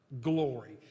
glory